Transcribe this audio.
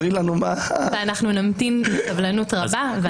ואנחנו נמתין בסבלנות רבה להחלטות.